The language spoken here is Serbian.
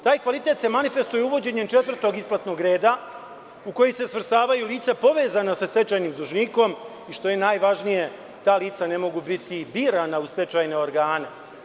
Taj kvalitet se manifestuje uvođenjem četvrtog isplatnog reda u koji se svrstavaju lica povezana sa stečajnim dužnikom i što je najvažnije ta lica ne mogu biti birana u stečajne organe.